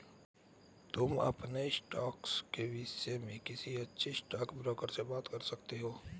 तुम अपने स्टॉक्स के विष्य में किसी अच्छे स्टॉकब्रोकर से बात कर सकते हो